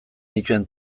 nituen